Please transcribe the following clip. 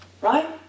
Right